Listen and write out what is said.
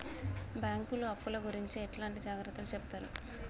బ్యాంకులు అప్పుల గురించి ఎట్లాంటి జాగ్రత్తలు చెబుతరు?